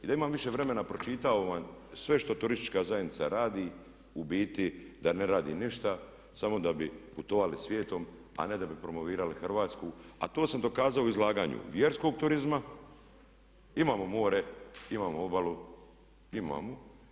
I da imam više vremena pročitao bih vam sve što turistička zajednica radi, u biti da ne radi ništa samo da bi putovali svijetom a ne da bi promovirali Hrvatsku a to sam dokazao u izlaganju vjerskog turizma, imamo more, imamo obalu, imamo.